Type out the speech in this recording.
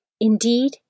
Indeed